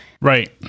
Right